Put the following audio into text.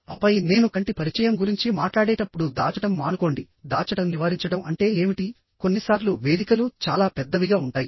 ఆపై నేను కంటి పరిచయం గురించి మాట్లాడేటప్పుడు దాచడం మానుకోండి దాచడం నివారించడం అంటే ఏమిటి కొన్నిసార్లు వేదికలు చాలా పెద్దవిగా ఉంటాయి